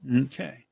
Okay